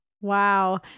Wow